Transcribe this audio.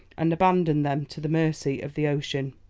and abandoned them to the mercy of the ocean.